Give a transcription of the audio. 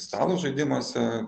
stalo žaidimuose